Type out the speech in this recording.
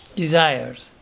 desires